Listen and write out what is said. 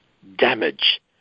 damage